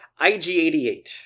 IG-88